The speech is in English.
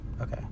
okay